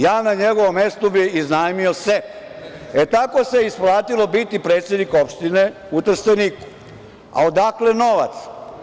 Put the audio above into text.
Ja bih na njegovom mestu iznajmio sef, e tako se isplatilo biti predsednik Opštine u Trsteniku, a odakle novac?